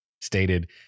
stated